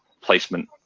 placement